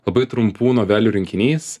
labai trumpų novelių rinkinys